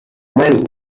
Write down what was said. money